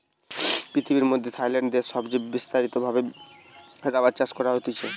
পৃথিবীর মধ্যে থাইল্যান্ড দেশে সবচে বিস্তারিত ভাবে রাবার চাষ করা হতিছে